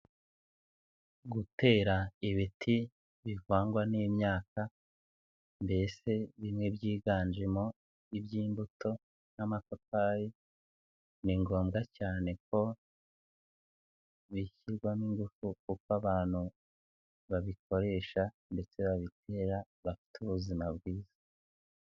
Gutera ibiti bivangwa n'imyaka mbese bimwe byiganjemo iby'imbuto nk'amapapayi, ni ngombwa cyane ko bishyirwamo ingufu kuko abantu babikoresha ndetse babitera bafite ubuzima bwiza.